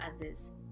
others